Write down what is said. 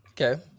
Okay